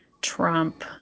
Trump